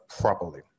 properly